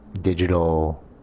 digital